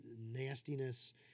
nastiness